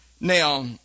Now